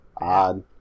odd